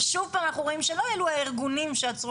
ושוב פעם אנחנו רואים שלא אלו הארגונים שעצרו